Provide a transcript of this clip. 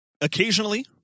occasionally